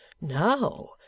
Now